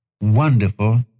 wonderful